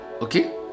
okay